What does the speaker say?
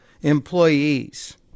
Employees